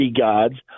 gods